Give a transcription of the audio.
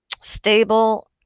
stable